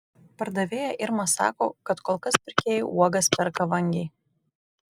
pardavėja irma sako kad kol kas pirkėjai uogas perka vangiai